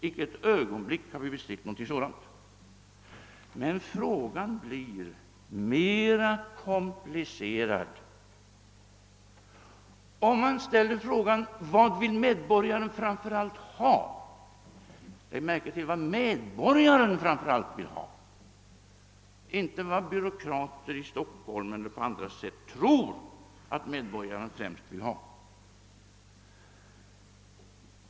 Men saken blir mera komplicerad om man ställer frågan: Vad vill medborgaren framför allt ha? Lägg märke till att det gäller vad medborgaren helst vill ha och inte vad byråkrater i Stockholm och på andra håll tror att han främst önskar.